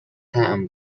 طعم